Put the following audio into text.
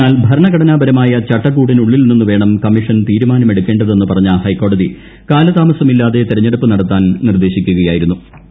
എന്നാൽ ഭരണഘടനാപരമായ ചട്ടക്കൂടിനുള്ളിൽ നിന്ന് വേണം കമ്മീഷൻ തീരുമാനം എടുക്കേണ്ടതെന്ന് പറഞ്ഞ ഹൈക്കോടതി കാലതാമസമില്ലാതെ തെരഞ്ഞെടുപ്പ് നടത്താൻ നിർദ്ദേശിക്കുകയായിരുന്നു എൽ